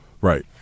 Right